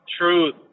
truth